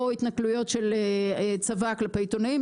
או התנכלויות של צבא כלפי עיתונאים,